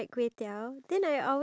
iya